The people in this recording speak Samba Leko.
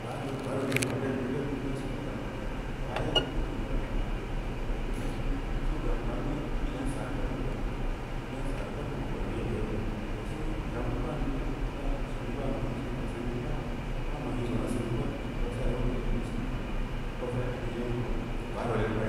Gbalo’o gbaro’o lé idai ni’u-idai nu’u idai soné sa’an kai wa’aye bə gə tumbil gə wa’a em tukunu’u-em tukunu’u-em tukunu’u so gan kan gə i’na’a’ ansa’a ri gə nda’an kan boba’a ‘ina’a’ ənsa’a ri pa’at nda’an boba’a i’na’a ənsa ri aat ndain boba’a don yeba’a-yeba’a toh so pi’ira’an də pa’an de gababb kum soné ba’a ma’an in sané ka sengil a’at vaksa da’a pi’i ban temu’u ra ko’o gboro’o lega nda’a